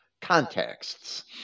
contexts